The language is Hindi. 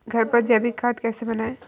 घर पर जैविक खाद कैसे बनाएँ?